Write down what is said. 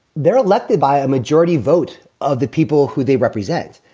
they're elected by a majority vote of the people who they represent.